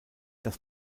das